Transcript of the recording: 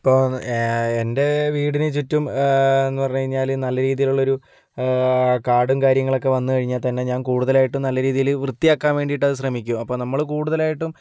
ഇപ്പോൾ എൻ്റെ വീടിനു ചുറ്റും എന്ന് പറഞ്ഞ് കഴിഞ്ഞാൽ നല്ല രീതിയിലുള്ള ഒരു കാടും കാര്യങ്ങളൊക്കെ വന്നു കഴിഞ്ഞാൽ തന്നെ ഞാൻ കൂടുതലായിട്ടും നല്ല രീതിയിൽ വൃത്തിയാക്കാൻ വേണ്ടിയിട്ട് അത് ശ്രമിക്കും അപ്പോൾ നമ്മൾ കൂടുതലായിട്ടും